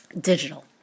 digital